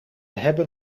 hebben